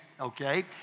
Okay